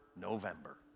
November